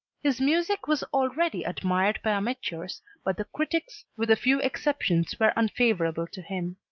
his music was already admired by amateurs but the critics with a few exceptions were unfavorable to him.